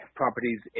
properties